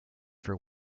for